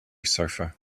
sofa